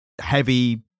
Heavy